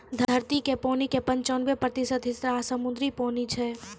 धरती के पानी के पंचानवे प्रतिशत हिस्सा समुद्री पानी छै